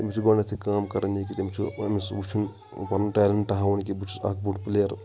تٔمِس چھِ گۄڈٕنیٚتھٕے کٲم کَرٕنۍ یہِ کہِ تٔمِس چھِ وُچھُن پنُن ٹیلیٹ ہاوُن کہِ بہٕ چھُس اَکھ بوٚڑ پٕلیر